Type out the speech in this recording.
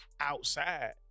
outside